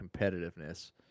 competitiveness